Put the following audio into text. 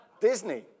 Disney